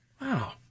Wow